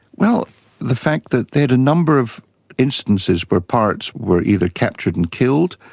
well the fact that they had a number of instances where pirates were either captured and killed,